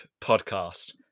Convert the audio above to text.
Podcast